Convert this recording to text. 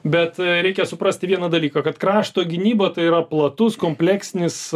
bet reikia suprasti vieną dalyką kad krašto gynyba tai yra platus kompleksinis